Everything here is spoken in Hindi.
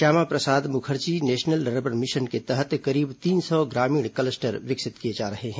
Shyama Prasad Mukherjee national rurban mission के तहत करीब तीन सौ ग्रामीण क्लस्टर विकसित किए जा रहे हैं